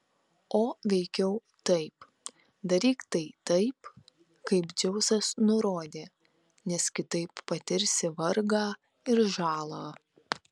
o veikiau taip daryk tai taip kaip dzeusas nurodė nes kitaip patirsi vargą ir žalą